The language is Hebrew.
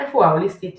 רפואה הוליסטית